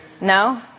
No